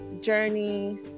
journey